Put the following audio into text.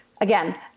Again